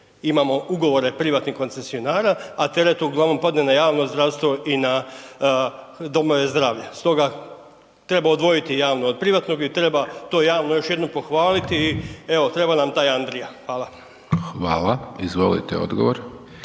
Imamo ugovore privatnih koncesionara, a teret uglavnom padne na javno zdravstvo i na domove zdravlja. Stoga treba odvojiti javno od privatnog i treba to javno još jednom pohvaliti i evo treba nam taj Andrija. Hvala. **Hajdaš Dončić, Siniša